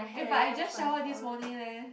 eh but I just showered this morning leh